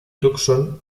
tucson